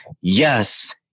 yes